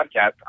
podcast